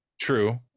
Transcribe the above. True